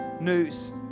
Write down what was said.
news